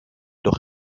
doch